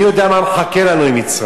מי יודע מה מחכה לנו עם מצרים.